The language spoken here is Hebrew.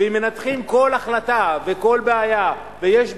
ואם מנתחים כל החלטה וכל בעיה, ויש בעיות,